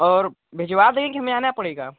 और भिजवा देंगे कि हमें आना पड़ेगा